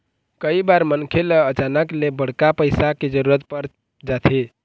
कइ बार मनखे ल अचानक ले बड़का पइसा के जरूरत पर जाथे